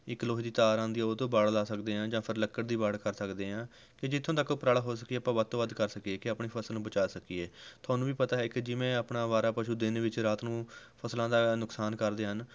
ਇੱਕ ਲੋਹੇ ਦੀ ਤਾਰ ਆਉਂਦੀ ਹੈ ਉਹ ਤੋਂ ਵਾੜ ਲਾ ਸਕਦੇ ਹਾਂ ਜਾਂ ਫਿਰ ਲੱਕੜ ਦੀ ਵਾੜ ਕਰ ਸਕਦੇ ਹਾਂ ਅਤੇ ਜਿੱਥੋਂ ਤੱਕ ਉਪਰਾਲਾ ਹੋ ਸਕੇ ਆਪਾਂ ਵੱਧ ਤੋਂ ਵੱਧ ਕਰ ਸਕੀਏ ਕਿ ਆਪਣੀ ਫਸਲ ਨੂੰ ਬਚਾਅ ਸਕੀਏ ਤੁਹਾਨੂੰ ਵੀ ਪਤਾ ਹੈ ਕਿ ਜਿਵੇਂ ਆਪਣਾ ਅਵਾਰਾ ਪਸ਼ੂ ਦਿਨ ਵਿੱਚ ਰਾਤ ਨੂੰ ਫਸਲਾਂ ਦਾ ਨੁਕਸਾਨ ਕਰਦੇ ਹਨ